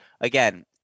again